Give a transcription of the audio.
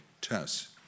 tests